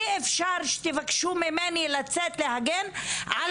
אי אפשר שתבקשו ממני לצאת להגן על